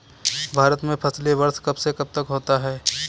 भारत में फसली वर्ष कब से कब तक होता है?